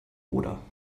oder